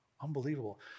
Unbelievable